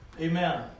Amen